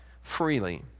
freely